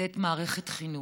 לתת מערכת חינוך,